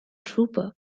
trooper